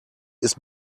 ist